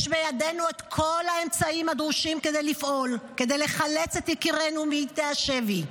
יש בידינו את כל האמצעים הדרושים לפעול כדי לחלץ את יקירנו מהשבי,